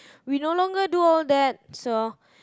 we no longer do all that so